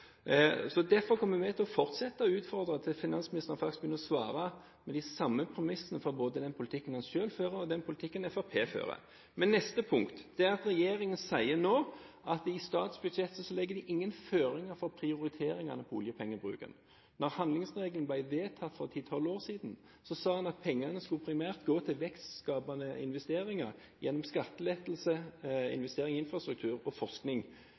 Derfor kommer vi til å fortsette å utfordre finansministeren til faktisk å svare med samme premisser for både den politikken han selv fører, og den politikken Fremskrittspartiet fører. Neste punkt er at regjeringen nå sier at de i statsbudsjettet ikke legger noen føringer for prioriteringene av oljepengebruken. Da handlingsregelen ble vedtatt for ti–tolv år siden, sa han at pengene primært skulle gå til vekstskapende investeringer gjennom skattelettelse, investering i infrastruktur og forskning.